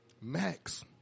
max